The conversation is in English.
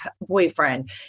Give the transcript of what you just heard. boyfriend